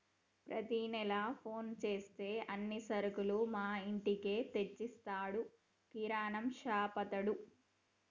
ప్రతి నెల ఫోన్ చేస్తే అన్ని సరుకులు మా ఇంటికే తెచ్చిస్తాడు కిరాణాషాపతడు